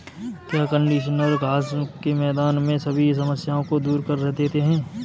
क्या कंडीशनर घास के मैदान में सभी समस्याओं को दूर कर देते हैं?